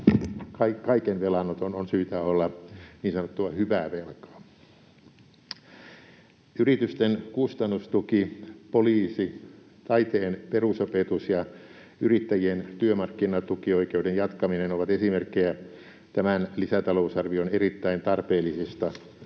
Kaiken velanoton on syytä olla niin sanottua hyvää velkaa. Yritysten kustannustuki, poliisi, taiteen perusopetus ja yrittäjien työmarkkinatukioikeuden jatkaminen ovat esimerkkejä tämän lisätalousarvion erittäin tarpeellisista